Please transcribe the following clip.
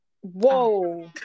Whoa